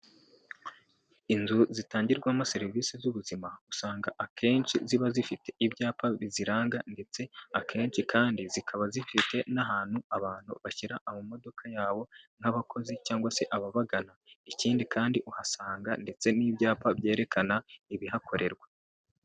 Inzu zitangirwamo serivisi z'ubuzima, usanga akenshi ziba zifite ibyapa biziranga ndetse akenshi kandi zikaba zifite n'ahantu abantu bashyira amamodoka yabo nk'abakozi cyangwa se ababagana, ikindi kandi uhasanga ndetse n'ibyapa byerekana ibihakorerwa.